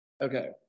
Okay